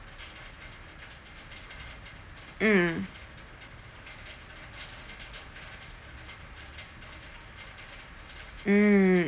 mm mm